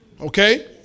Okay